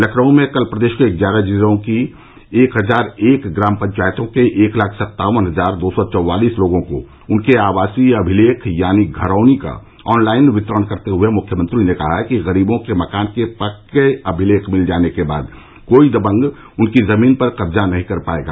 लखनऊ से कल प्रदेश के ग्यारह जिलों की एक हजार एक ग्राम पंचायतों के एक लाख सत्तावन हजार दो सौ चवालीस लोगों को उनके आवासीय अमिलेख यानी घरौनी का ऑनलाइन वितरण करते हुए मुख्यमंत्री ने कहा कि गरीबों को मकान के पक्के अमिलेख मिल जाने के बाद कोई दबंग उनकी जमीन पर कब्जा नहीं कर पाएगा